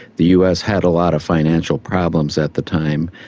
the us had a lot of financial problems at the time,